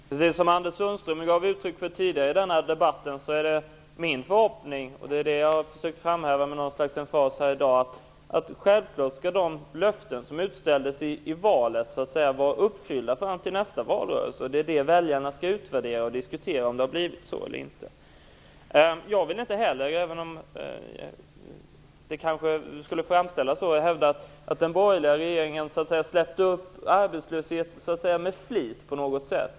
Herr talman! Precis som Anders Sundström gav uttryck för tidigare i denna debatt är det min förhoppning, och det är det jag har försökt framhäva med något slags emfas här i dag, att de löften som gavs i valet skall vara uppfyllda fram till nästa valrörelse. Det är det väljarna skall utvärdera, och de bör diskutera om det har blivit så eller inte. Jag vill inte heller, även om det kanske skulle framställas så, hävda att den borgerliga regeringen lät arbetslösheten öka med flit på något sätt.